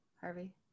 harvey